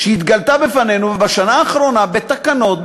שהתגלתה בפנינו בשנה האחרונה בתקנות,